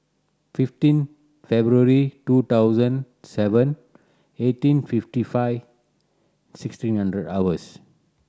fifteen February two thousand seven eighteen fifty five sixteen hundred hours